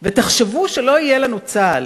ותחשבו שלא יהיה לנו צה"ל,